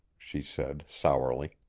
she said sourly.